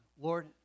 lord